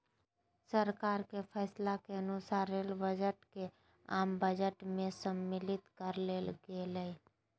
सरकार के फैसला के अनुसार रेल बजट के आम बजट में सम्मलित कर लेल गेलय